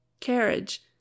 Carriage